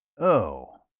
oh.